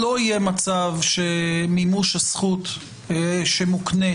לא יהיה מצב שמימוש הזכות שמוקנית